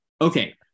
Okay